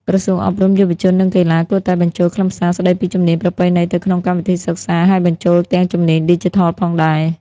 ក្រសួងអប់រំ យុវជន និងកីឡា គួរតែបញ្ចូលខ្លឹមសារស្តីពីជំនាញប្រពៃណីទៅក្នុងកម្មវិធីសិក្សាហើយបញ្ចូលទាំងជំនាញឌីជីថលផងដែរ។